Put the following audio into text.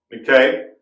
Okay